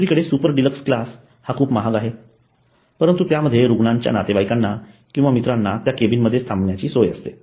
दुसरीकडे super deluxe class खूप महाग आहे परंतु त्यामध्ये रुग्णाच्या नातेवाईकांना किंवा मित्रांना त्या केबिनमध्येच थांबण्याची सोय असते